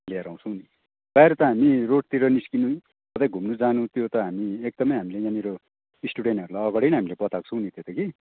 लिएर आउँछौँ नि बाहिर त हामी रोडतिर निस्किनु कतै घुम्नु जानु त्यो त हामी एकदमै हामीले यहाँनिर स्टुडेन्टहरूलाई अगाडि नै हामीले बताएको छौँ नि त्यो त कि